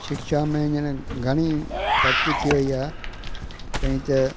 शिक्षा में हीअंर घणी तरक़ी थी वई आहे त ईअं त